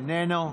איננו,